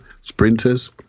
sprinters